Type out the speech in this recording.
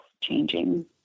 changing